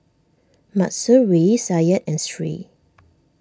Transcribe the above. Mahsuri Syed and Sri